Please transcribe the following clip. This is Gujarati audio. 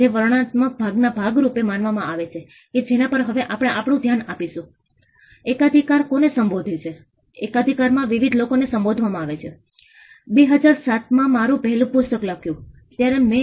અને રસ્તાઓ ઝિગ ઝેગ્ડ છે તેથી જ્યારે આ રસ્તાઓ પાણીથી ભરાઈ જાય છે અને પછી પૂર અથવા પાણી ભરાઈ જાય છે ત્યારે તમે પગ નહીં લગાવી શકો ત્યારે અમે જાણતા નથી કે તમે તમારો પગ ક્યાં રાખી રહ્યા છો